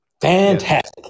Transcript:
fantastic